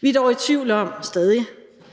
Vi er dog stadig i tvivl om,